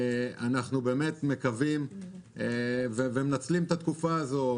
אנחנו מקווים ומנצלים את התקופה הזאת.